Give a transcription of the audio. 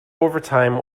overtime